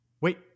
Wait